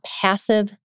passive